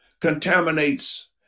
contaminates